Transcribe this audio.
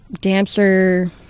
dancer